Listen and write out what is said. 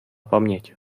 paměť